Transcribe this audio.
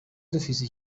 dufise